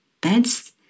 beds